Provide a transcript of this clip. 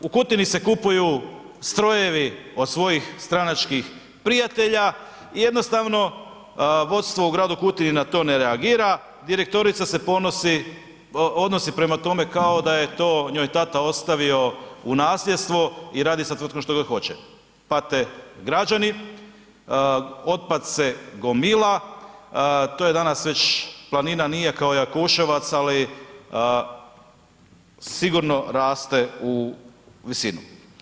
U Kutini se kupuju strojevi od svojih stranačkih prijatelja i jednostavno vodstvo u gradu Kutini na to ne reagira, direktorica se odnosi prema tome kao da je to njoj tata ostavio u nasljedstvo i radi sa tvrtkom što god hoće, pate građani, otpad se gomila, to je danas već, planina nije kao Jakuševac, ali sigurno raste u visinu.